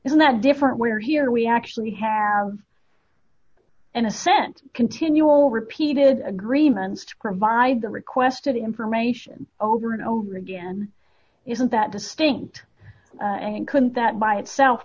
isn't that different where here we actually have and assent continual repeated agreements to provide the requested information over and over again you know that distinct and couldn't that by itself